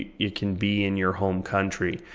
it can be in your home country,